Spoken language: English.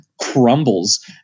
crumbles